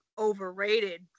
overrated